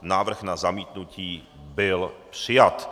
Návrh na zamítnutí byl přijat.